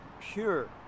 Pure